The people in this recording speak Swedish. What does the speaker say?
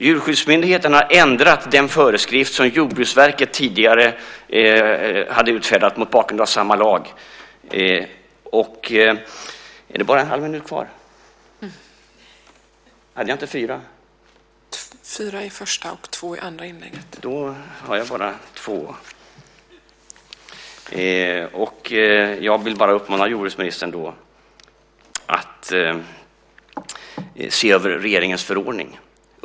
Djurskyddsmyndigheten har ändrat den föreskrift som Jordbruksverket tidigare hade utfärdat mot bakgrund av samma lag. Jag vill uppmana jordbruksministern att se över regeringens förordning.